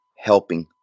helping